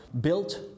built